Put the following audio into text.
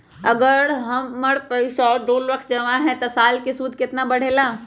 अगर हमर पैसा दो लाख जमा है त साल के सूद केतना बढेला?